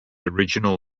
original